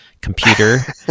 computer